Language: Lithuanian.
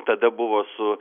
tada buvo su